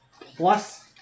plus